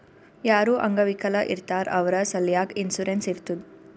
ಯಾರು ಅಂಗವಿಕಲ ಇರ್ತಾರ್ ಅವ್ರ ಸಲ್ಯಾಕ್ ಇನ್ಸೂರೆನ್ಸ್ ಇರ್ತುದ್